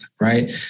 right